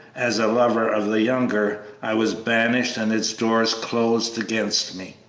as a lover of the younger, i was banished and its doors closed against me.